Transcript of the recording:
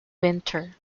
winter